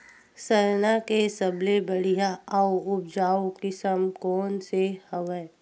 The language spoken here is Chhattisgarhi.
सरना के सबले बढ़िया आऊ उपजाऊ किसम कोन से हवय?